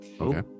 Okay